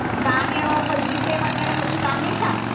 तव्हां खे उहो कुझु जी पे वग़ैरह कुझु काने छा